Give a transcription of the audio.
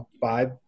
five